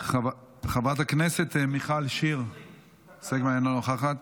חברת הכנסת מיכל שיר סגמן, אינה נוכחת.